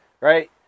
right